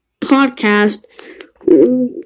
podcast